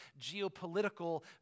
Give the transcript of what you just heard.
geopolitical